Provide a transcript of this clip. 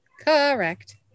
Correct